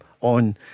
on